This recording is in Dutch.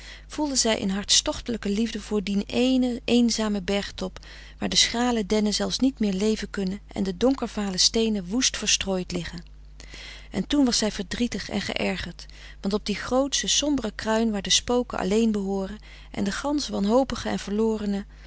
voelde zij een hartstochtelijke liefde voor dien éénen eenzamen bergtop waar de schrale dennen zelfs niet meer leven kunnen en de donkervale steenen woest verstrooid liggen en toen was zij verdrietig en geërgerd want op die grootsche sombere kruin waar de spoken alleen behooren en de gansch wanhopigen en verlorenen